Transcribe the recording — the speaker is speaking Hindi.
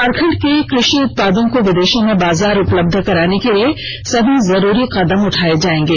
झारखंड के कृषि उत्पादों को विदेशों में बाजार उपलब्ध कराने के लिए सभी जरूरी कदम उठाए जाएंगे